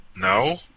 No